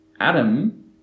Adam